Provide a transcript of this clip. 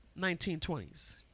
1920s